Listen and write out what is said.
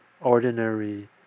ordinary